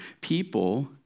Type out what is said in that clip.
people